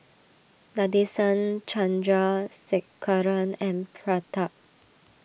Nadesan Chandrasekaran and Pratap